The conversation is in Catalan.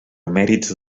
mèrits